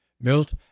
Milt